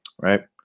right